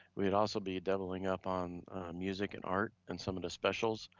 we'd also be doubling up on music and art and some of the specials,